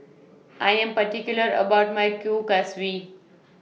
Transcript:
I Am particular about My Kuih Kaswi